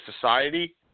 society